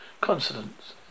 consonants